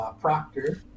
Proctor